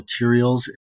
materials